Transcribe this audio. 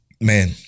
Man